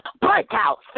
Breakout